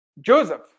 Joseph